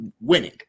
winning